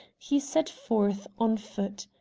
he set forth on foot.